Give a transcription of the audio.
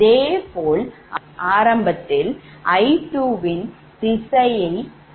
இதேபோல் ஆரம்பத்தில் I2 இன் திசையை படத்தின் மூலம் அறிந்தோம்